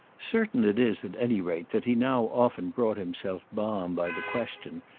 certain it is at any rate that he now often brought himself balm by the question,